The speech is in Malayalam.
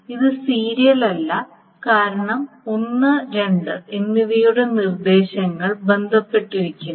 ഇത് സീരിയൽ അല്ല കാരണം 1 2 എന്നിവയുടെ നിർദ്ദേശങ്ങൾ ബന്ധപ്പെട്ടിരിക്കുന്നു